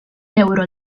ewro